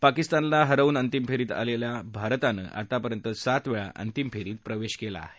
पाकिस्तानला हरवून अंतिम फेरीत आलेल्या भारतानं आतापर्यंत सात वेळा अंतिम फेरीत प्रवेश केला आहे